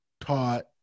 taught